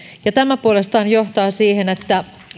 tämä puolestaan johtaa siihen että